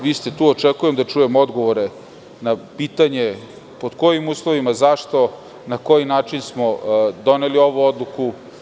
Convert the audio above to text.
Vi ste tu i očekujem da čujem odgovore na pitanje – pod kojim uslovima, zašto, na koji način smo doneli ovu odluku?